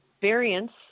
variants